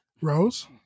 Rose